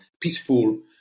peaceful